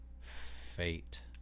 fate